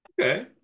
Okay